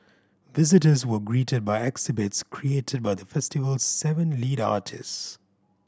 visitors were greeted by exhibits created by the festival's seven lead artists